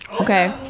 okay